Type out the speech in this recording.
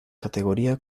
categoría